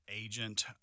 agent